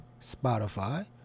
Spotify